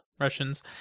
Russians